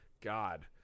God